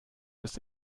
ist